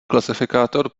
klasifikátor